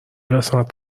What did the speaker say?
قسمت